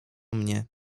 mnie